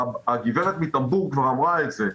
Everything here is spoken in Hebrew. הגברת מטמבור כבר אמרה את זה.